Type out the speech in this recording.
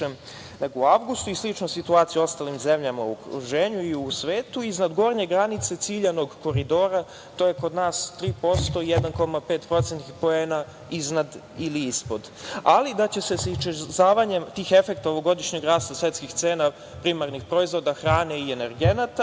nego u avgustu. Slična je situacija u ostalim zemljama u okruženju i u svetu, iznad gornje granice ciljanog koridora, to je kod nas 3%, 1,5% poena iznad ili ispod, ali da će se iščezavanjem tih efekata ovogodišnjeg rasta svetskih cena primarnih proizvoda, hrane i energenata